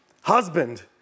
Husband